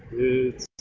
it's